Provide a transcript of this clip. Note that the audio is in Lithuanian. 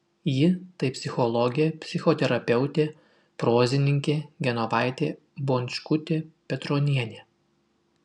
ji tai psichologė psichoterapeutė prozininkė genovaitė bončkutė petronienė